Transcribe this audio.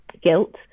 guilt